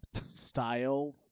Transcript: style